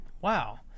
Wow